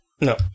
No